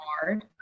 hard